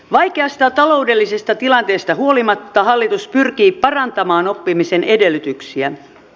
vaikeasta taloudellisesta tilanteesta huolimatta hallitus pyrkii parantamaan oppimisen edellytyksiä